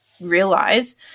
realize